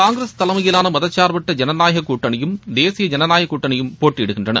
காங்கிரஸ் தலைமையிலான மதசார்பற்ற ஜனநாயக கூட்டணியும் தேசிய ஜனநாயக கூட்டணியும் போட்டியிடுகின்றன